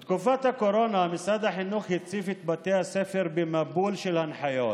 בתקופת הקורונה משרד החינוך הציף את בתי הספר במבול של הנחיות,